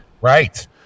right